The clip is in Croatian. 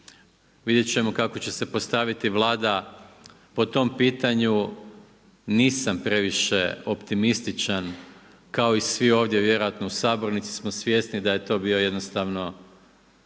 vidjet ćemo kako će se postaviti Vlada po tom pitanju, nisam previše optimističan kao i svi ovdje vjerojatno u sabornici smo svjesni da je to bio jednostavno